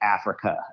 Africa